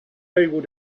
able